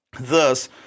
thus